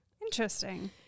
Interesting